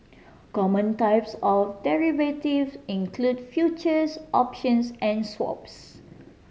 common types of derivatives include futures options and swaps